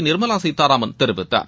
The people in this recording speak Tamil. நிர்மலா சீதாராமன் தெரிவித்தார்